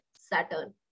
Saturn